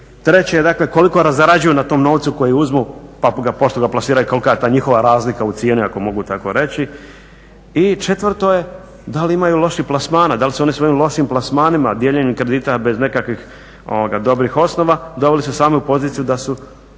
Treće je dakle koliko zarađuju na tom novcu koji uzmu pa ga pošteno plasiraju kolika je ta njihova razlika u cijeni ako mogu tako reći. I četvrto je da li imaju loših plasmana, da li su oni svojim lošim plasmanima, dijeljenu kredita bez nekakvim dobrih osnova doveli se sami u poziciju da su